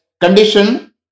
Condition